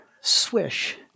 Swish